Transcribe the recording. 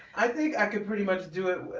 i think i could pretty much do it